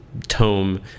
Tome